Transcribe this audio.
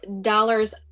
dollars